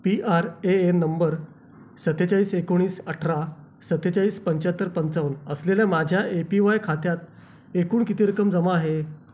P R A N number सत्तेचाळीस एकोणीस अठरा सत्तेचाळीस पंचाहत्तर पंचावन असलेल्या माझ्या ए पी वाय खात्यात एकूण किती रक्कम जमा आहे